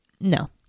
No